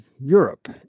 Europe